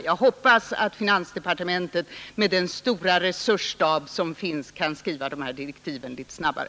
Jag hoppas att finansdepartementet med den stora resursstab som där finns kan skriva dessa direktiv litet snabbare.